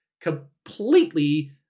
completely